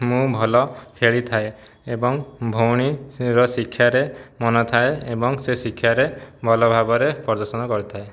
ମୁଁ ଭଲ ଖେଳିଥାଏ ଏବଂ ଭଉଣୀ ଶିକ୍ଷାରେ ମନ ଥାଏ ଏବଂ ସେ ଶିକ୍ଷାରେ ଭଲ ଭାବରେ ପ୍ରଦର୍ଶନ କରିଥାଏ